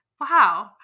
Wow